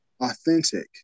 authentic